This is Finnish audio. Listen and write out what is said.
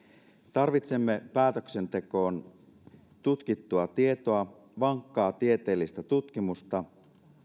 tarvitsemme päätöksentekoon tutkittua tietoa ja vankkaa tieteellistä tutkimusta